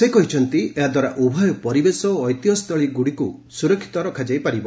ସେ କହିଛନ୍ତି ଏହାଦ୍ୱାରା ଉଭୟ ପରିବେଶ ଓ ଐତିହ୍ୟସ୍ଥଳ ଗୁଡ଼ିକୁ ସୁରକ୍ଷିତ ରଖାଯାଇପାରିବ